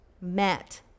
met